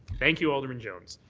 thank you, alderman jones.